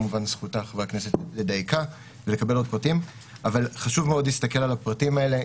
זכותה לקבל עוד פרטים אבל חשוב מאוד להסתכל על הפרטים האלה.